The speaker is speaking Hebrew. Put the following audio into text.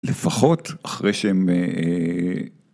‫לפחות אחרי שהם...